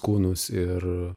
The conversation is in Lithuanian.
kūnus ir